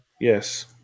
Yes